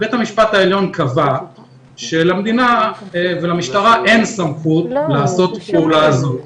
בית המשפט העליון קבע שלמדינה ולמשטרה אין סמכות לעשות את הפעולה הזו.